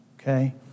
Okay